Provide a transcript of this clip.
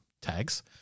tags